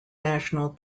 national